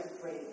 great